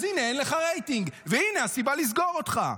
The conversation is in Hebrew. אז הינה, אין לך רייטינג, והינה הסיבה לסגור אותך.